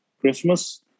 Christmas